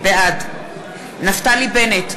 בעד נפתלי בנט,